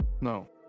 No